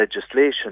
legislation